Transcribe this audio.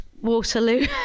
Waterloo